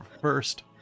first